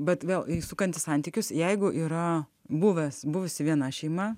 bet vėl įsukanti santykius jeigu yra buvęs buvusi viena šeima